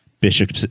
Bishop